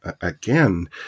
again